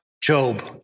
Job